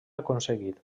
aconseguit